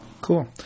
cool